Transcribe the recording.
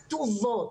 כתובות,